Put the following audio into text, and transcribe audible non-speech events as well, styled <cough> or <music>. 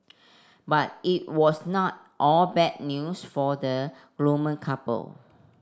but it was not all bad news for the <unintelligible> couple